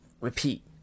Repeat